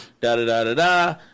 da-da-da-da-da